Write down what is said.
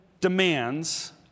demands